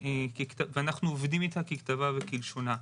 ואנחנו עובדים איתה ככתבה וכלשונה.